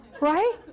right